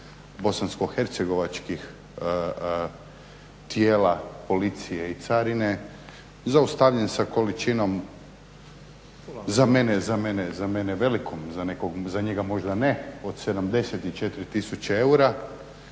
bosanskohercegovačkih tijela policije i carine, zaustavljen sa količinom za mene velikom, za njega možda ne, od 74 tisuće eura.